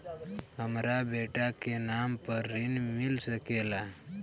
हमरा बेटा के नाम पर ऋण मिल सकेला?